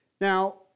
Now